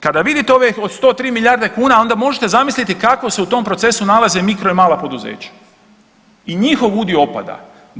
Kada vidite ove od 103 milijarde kuna onda možete zamisliti kako se u tom procesu nalaze mikro i mala poduzeća i njihov udio opada.